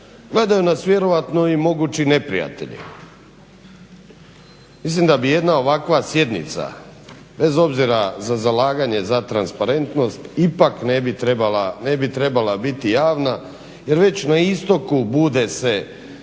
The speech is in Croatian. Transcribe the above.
Gledaju nas vjerojatno i mogući neprijatelji. Mislim da bi jedna ovakva sjednica bez obzira za zalaganje za transparentnost ipak ne bi trebala biti javna. Jer već na istoku bude se